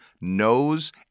knows